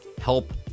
help